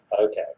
okay